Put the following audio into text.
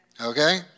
Okay